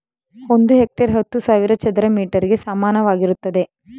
ಒಂದು ಹೆಕ್ಟೇರ್ ಹತ್ತು ಸಾವಿರ ಚದರ ಮೀಟರ್ ಗೆ ಸಮಾನವಾಗಿರುತ್ತದೆ